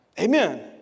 Amen